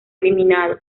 eliminado